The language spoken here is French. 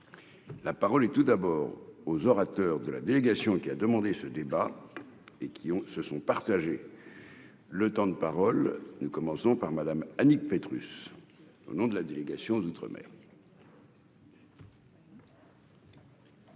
la parole et tout d'abord aux orateurs de la délégation qui a demandé ce débat et qui ont se sont partagés le temps de parole nous commençons par madame Annick Petrus, au nom de la délégation aux outre-mer.